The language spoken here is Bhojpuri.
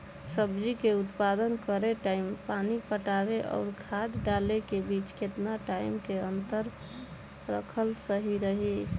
सब्जी के उत्पादन करे टाइम पानी पटावे आउर खाद डाले के बीच केतना टाइम के अंतर रखल सही रही?